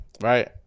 Right